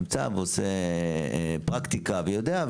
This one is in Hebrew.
נמצא ועושה פרקטיקה ויודע,